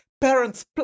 parents